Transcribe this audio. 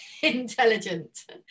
intelligent